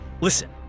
Listen